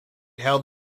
held